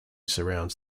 surrounds